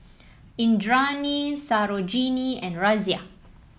Indranee Sarojini and Razia